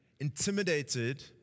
intimidated